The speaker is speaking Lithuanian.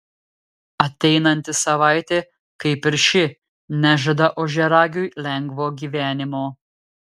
ateinanti savaitė kaip ir ši nežada ožiaragiui lengvo gyvenimo